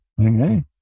Okay